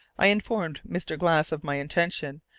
i informed mr. glass of my intention,